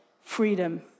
freedom